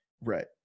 right